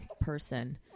person